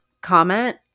comment